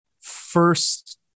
first